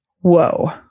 Whoa